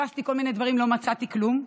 חיפשתי כל מיני דברים, לא מצאתי כלום.